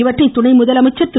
இவற்றை துணை முதலமைச்சர் திரு